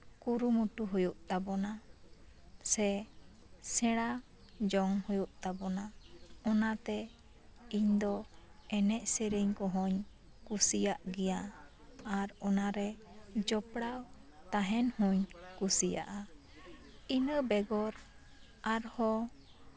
ᱠᱩᱨᱩᱢᱩᱴᱩ ᱦᱩᱭᱩᱜ ᱛᱟᱵᱳᱱᱟ ᱥᱮ ᱥᱮᱬᱟ ᱡᱚᱝ ᱦᱩᱭᱩᱜ ᱛᱟᱵᱳᱱᱟ ᱚᱱᱟᱛᱮ ᱤᱧ ᱫᱚ ᱮᱱᱮᱡ ᱥᱮᱨᱮᱧ ᱠᱚᱦᱚᱧ ᱠᱩᱥᱤᱭᱟᱜ ᱜᱮᱭᱟ ᱟᱨ ᱚᱱᱟᱨᱮ ᱡᱚᱯᱲᱟᱣ ᱛᱟᱦᱮᱱ ᱦᱚᱧ ᱠᱩᱥᱤᱭᱟᱜᱼᱟ ᱤᱱᱟᱹ ᱵᱮᱜᱚᱨ ᱟᱨᱦᱚᱸ